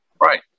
Right